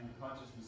consciousness